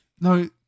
No